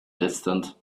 distant